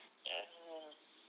ugh